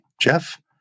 Jeff